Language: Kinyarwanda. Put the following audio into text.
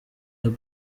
abo